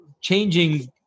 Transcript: changing